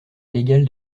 légale